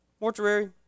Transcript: mortuary